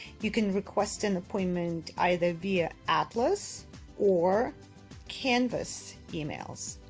you can request an appointment either via atlas or canvas emails.